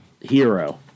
hero